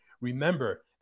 Remember